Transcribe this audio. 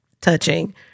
touching